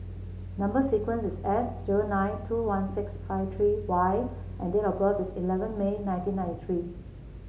number sequence is S zero nine two one six five three Y and date of birth is eleven May nineteen ninety three